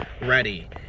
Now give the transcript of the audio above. ready